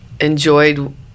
enjoyed